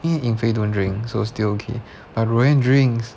me and yin fei don't drink so still okay but roanne drinks